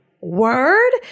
word